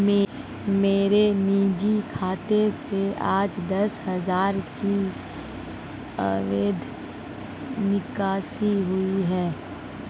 मेरे निजी खाते से आज दस हजार की अवैध निकासी हुई है